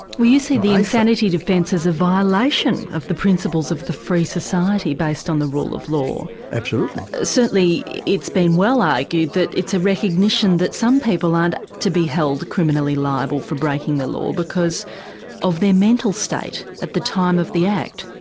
you see the insanity defence as a violation of the principles of the free society based on the rule of law. absolutely. certainly it's been well argued that it's a recognition that some people aren't to be held criminally liable for breaking the law because of their mental state at the time of the act.